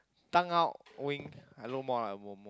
Tang-Au wing I look more like a more more